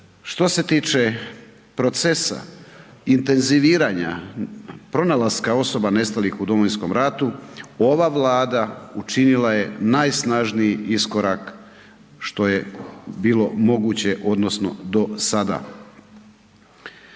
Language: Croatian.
što se tiče procesa intenziviranja pronalaska osoba nestalih u Domovinskom ratu, ova Vlada učinila je najsnažniji iskorak što je bilo moguće odnosno do sada.